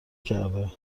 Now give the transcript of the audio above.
کرده